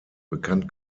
bekannt